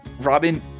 Robin